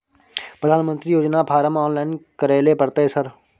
प्रधानमंत्री योजना form online करैले परतै सर?